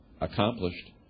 accomplished